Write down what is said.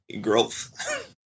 Growth